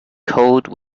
code